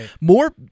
more